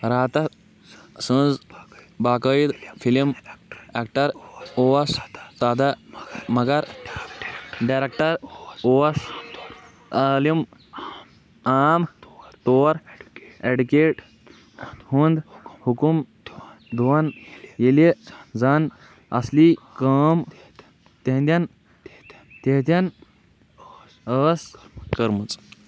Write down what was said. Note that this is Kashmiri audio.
راتہٕ سٕنز باقأید فِلم ایکٹر اوس دادا مگر ڈایریٚکٹر اوس عالِم عام طور ایڈِکیٹ ہُند حُکم دوان ییٚلہِ زن اَصلی کأم تِہِندٮ۪ن دیتن ٲس کٔرمٕژ